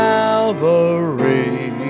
Calvary